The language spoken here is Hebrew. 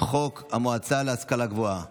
חוק המועצה להשכלה גבוהה